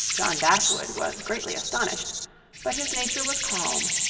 john dashwood was greatly astonished but his nature was calm,